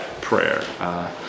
prayer